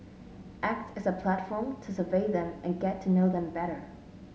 acts as a platform to survey them and get to know them better